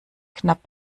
knapp